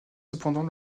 cependant